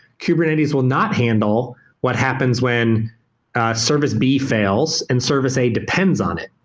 kubernetes will not handle what happens when service b fails and service a depends on it.